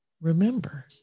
remember